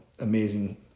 amazing